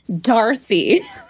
Darcy